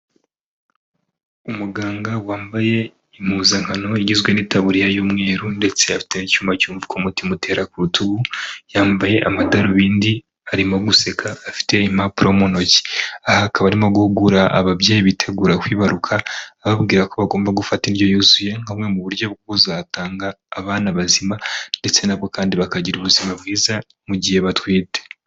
Umuganga wambaye impuzankano igizwe n'itaburiya y'umweru ndetse afite icyuma cyumva ko umutima utera kurutugu yambaye amadarubindi arimo guseka afite impapuro mu ntoki aha akaba arimo guhugura ababyeyi bitegura kwibaruka ababwira ko bagomba gufata indyo yuzuye nkabumwe mu buryo buzatanga abana bazima ndetse nabo kandi bakagira ubuzima bwiza mu gihe batwite.